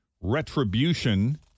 Retribution